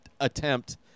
attempt